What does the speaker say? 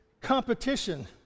competition